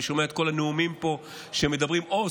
אני שומע את כל הנאומים פה שמדברים: אוה,